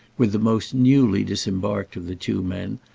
with the most newly disembarked of the two men,